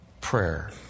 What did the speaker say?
prayer